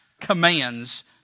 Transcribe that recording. commands